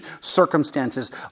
circumstances